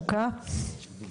מועד ההשקה.